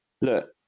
look